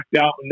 out